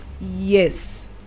Yes